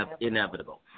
inevitable